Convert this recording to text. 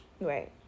right